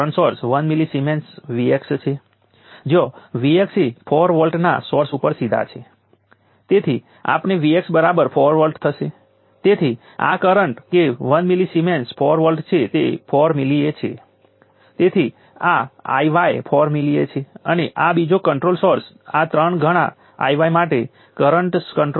પછી કેપેસિટરના વોલ્ટેજ આ રીતે 0 ઉપર જાય છે અને આપણે જાણીએ છીએ કે આ ઈન્ટરવલમાં જ્યારે વોલ્ટેજ પોઝિટિવ હોય છે અને ટાઈમ ડેરિવેટિવ નેગેટિવ હોય છે ત્યારે તે પાવર ડીલીવર કરે છે પણ આપણે એ પણ જાણીએ છીએ કે મૂળભૂત રીતે અહીં એનર્જી ફરીથી 0 હશે